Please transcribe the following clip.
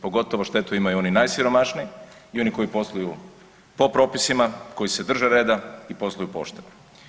Pogotovo štetu imaju oni najsiromašniji i oni koji posluju po propisima, koji se drže reda i posluju pošteno.